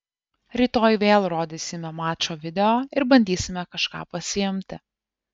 rytoj vėl rodysime mačo video ir bandysime kažką pasiimti